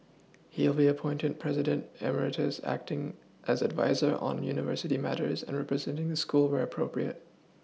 he will be appointed president EMeritus acting as adviser on university matters and representing the school where appropriate